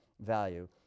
value